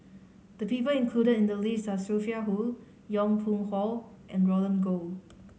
the people included in the list are Sophia Hull Yong Pung How and Roland Goh